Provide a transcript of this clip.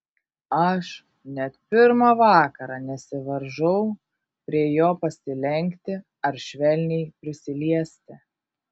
aš net pirmą vakarą nesivaržau prie jo pasilenkti ar švelniai prisiliesti